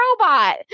robot